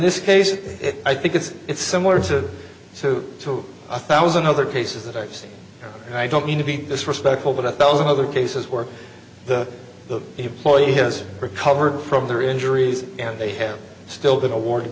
this case i think it's similar to sue two thousand other cases that i've seen and i don't mean to be disrespectful but a thousand other cases where the employee has recovered from their injuries and they have still been awar